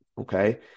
Okay